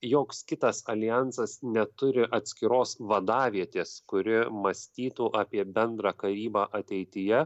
joks kitas aljansas neturi atskiros vadavietės kuri mąstytų apie bendrą karybą ateityje